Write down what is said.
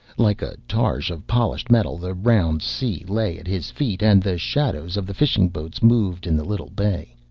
like a targe of polished metal the round sea lay at his feet, and the shadows of the fishing-boats moved in the little bay.